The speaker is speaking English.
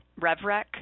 RevRec